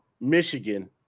Michigan